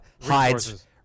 hides